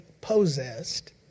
possessed